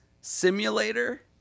simulator